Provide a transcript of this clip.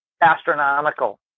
astronomical